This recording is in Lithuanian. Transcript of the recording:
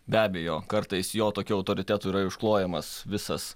be abejo kartais jo tokiu autoritetu yra užklojamas visas